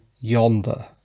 Yonder